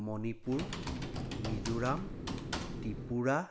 Manipur Mizoram Tripura